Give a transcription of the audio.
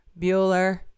Bueller